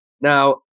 Now